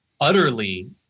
utterly